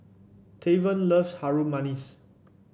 Tavon loves Harum Manis